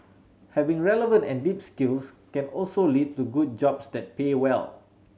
having relevant and deep skills can also lead to good jobs that pay well